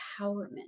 empowerment